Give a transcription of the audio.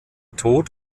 tod